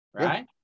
right